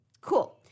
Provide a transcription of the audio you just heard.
Cool